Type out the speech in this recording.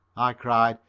i cried.